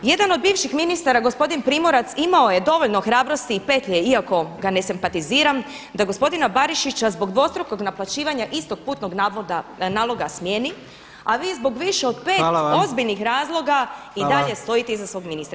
Jedan od bivših ministara gospodin Primorac imao je dovoljno hrabrosti i petlje iako ga ne simpatiziram da gospodina Barišića zbog dvostrukog naplaćivanja istog putnog naloga smijeni, a vi zbog više od [[Upadica Jandroković: Hvala.]] pet ozbiljnih razloga i dalje stojite iza svog ministra.